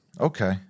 Okay